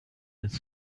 its